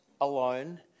alone